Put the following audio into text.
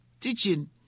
teaching